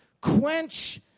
quench